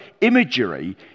imagery